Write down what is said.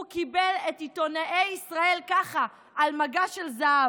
הוא קיבל את עיתונאי ישראל ככה, על מגש של זהב.